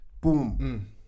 Boom